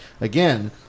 again